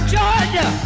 Georgia